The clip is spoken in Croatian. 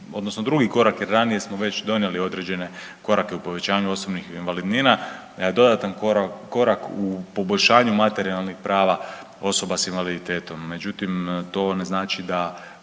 odnosno drugi korak jer ranije smo već donijeli određene korake u povećanju osobnih invalidnina, dodatan korak u poboljšanju materijalnih prava osoba sa invaliditetom. Međutim, to ne znači da